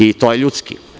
I to je ljudski.